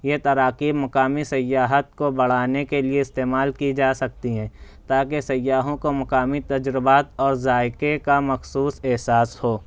یہ تراکیب مقامی سیاحت کو بڑھانے کے لئے استعمال کی جا سکتی ہے تاکہ سیاحوں کو مقامی تجربات اور ذائقے کا مخصوص احساس ہو